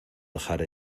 dejar